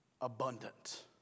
abundant